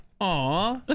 Aw